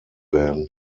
werden